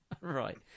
Right